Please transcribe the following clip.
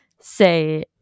say